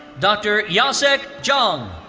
dr. yaesuk jeong.